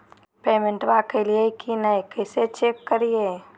पेमेंटबा कलिए की नय, कैसे चेक करिए?